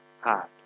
heart